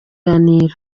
inyarwanda